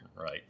Right